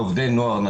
לעובדי נוער,